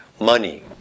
Money